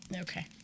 Okay